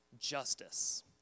justice